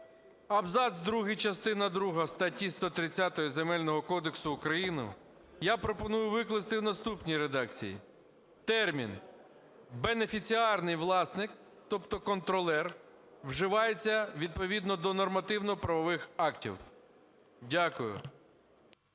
Абзац другий частини друга статті 130 Земельного кодексу України я пропоную викласти в наступній редакції: "Термін "бенефіціарний власник", тобто контролер, вживається відповідно до нормативно-правових актів". Дякую.